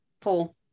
Paul